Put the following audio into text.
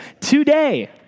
Today